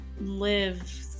live